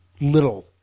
little